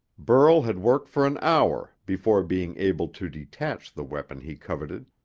burl had worked for an hour before being able to detach the weapon he coveted.